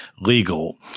Legal